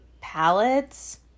palettes